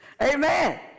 Amen